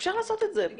אפשר לעשות את זה.